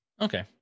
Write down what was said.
okay